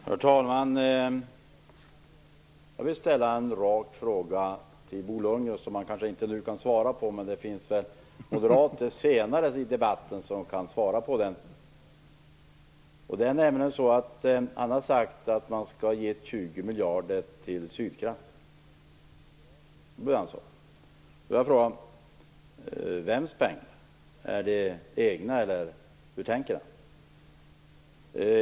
Herr talman! Jag vill ställa en rak fråga till Bo Lundgren. Han kan inte svara på den nu, men det finns väl moderater senare i debatten som kan svara på den. Han har sagt att man skall ge 20 miljarder till Sydkraft. Jag frågar: Vems pengar är det? Är det egna, eller hur tänker han?